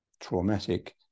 traumatic